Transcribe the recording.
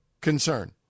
concern